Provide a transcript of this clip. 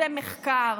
במחקר,